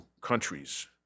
countries